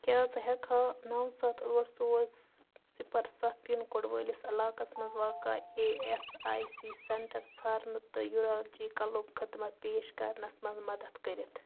کیٛاہ ژٕ ہٮ۪کہٕ کھا نَو سَتھ ٲٹھ ژور زٕ صِفَر سَتھ پِن کوڈ وٲلِس علاقس مَنٛز واقع اے اٮ۪س آی سی سٮ۪نٛٹَر ژھارنہٕ تہٕ یوٗرالجی کَلُک خدمت پیش کرنَس مَنٛز مدتھ کٔرِتھ